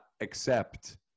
accept